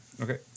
Okay